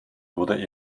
wurde